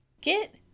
get